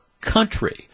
country